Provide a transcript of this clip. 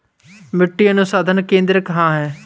मिट्टी अनुसंधान केंद्र कहाँ है?